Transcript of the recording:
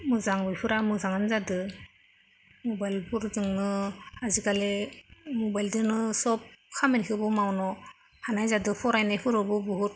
मोजां बिसोरहा मोजाङानो जादों मबाइलफोरजोंनो आजिखालि मबाइलजोंनो सब खामनिखौबो मावनो हानाय जादों फरायनायफोरावबो बहुद